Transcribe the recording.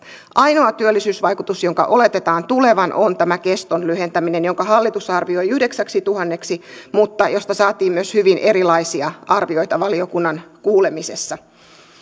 ainoa työllisyysvaikutus jonka oletetaan tulevan on tämä keston lyhentäminen jonka hallitus arvioi yhdeksäksituhanneksi mutta josta saatiin myös hyvin erilaisia arvioita valiokunnan kuulemisessa